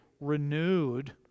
renewed